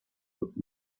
would